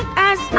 as.